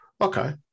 Okay